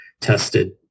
tested